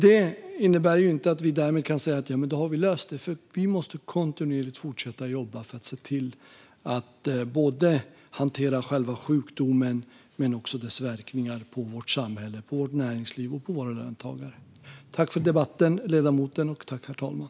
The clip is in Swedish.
Det innebär inte att vi därmed kan säga att vi löst detta. Vi måste kontinuerligt fortsätta jobba för att se till att hantera både själva sjukdomen och dess verkningar på vårt samhälle, på vårt näringsliv och på våra löntagare. Jag tackar ledamoten för debatten.